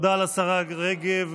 תודה לשרה רגב.